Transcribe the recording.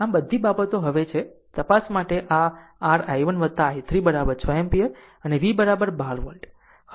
આમ આ બધી બાબતો હવે છે તપાસ માટે આ r i1 i3 6 એમ્પીયર અને v 12 વોલ્ટ હલ કરો